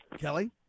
Kelly